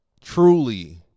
truly